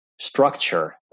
structure